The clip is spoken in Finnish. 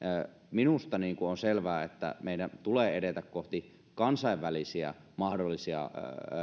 minusta on selvää että meidän tulee edetä kohti kansainvälisiä mahdollisia